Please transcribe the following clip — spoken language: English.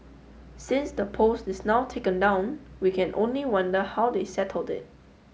since the post is now taken down we can only wonder how they settled it